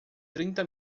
trinta